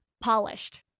polished